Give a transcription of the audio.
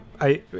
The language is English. I-